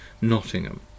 Nottingham